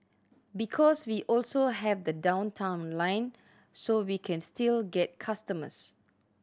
because we also have the Downtown Line so we can still get customers